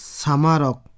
samarok